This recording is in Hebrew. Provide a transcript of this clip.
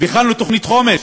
והכנו תוכנית חומש,